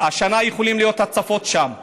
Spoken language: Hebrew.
השנה יכולות להיות שם הצפות,